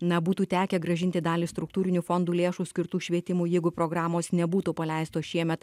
na būtų tekę grąžinti dalį struktūrinių fondų lėšų skirtų švietimui jeigu programos nebūtų paleistos šiemet